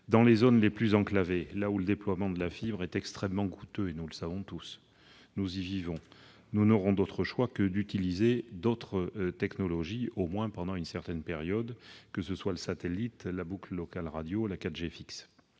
Dans les zones les plus enclavées, là où le déploiement de la fibre est extrêmement coûteux, nous n'aurons d'autre choix que d'utiliser d'autres technologies, au moins pendant une certaine période : le satellite, la boucle locale radio, la 4G fixe.